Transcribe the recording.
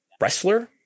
wrestler